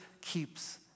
keeps